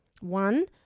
one